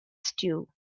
stew